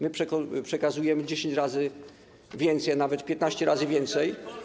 My przekazujemy 10 razy więcej, a nawet 15 razy więcej.